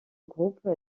groupe